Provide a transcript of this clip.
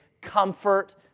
comfort